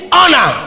honor